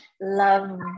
Love